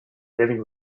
living